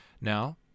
Now